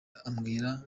ambwira